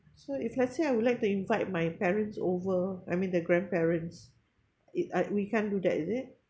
so if let's say I would like to invite my parents over I mean the grandparents it uh we can't do that is it